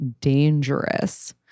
dangerous